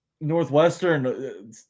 Northwestern